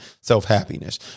self-happiness